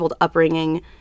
upbringing